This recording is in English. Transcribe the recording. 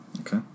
Okay